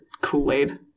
Kool-Aid